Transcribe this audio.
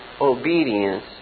obedience